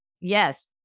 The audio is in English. Yes